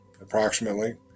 approximately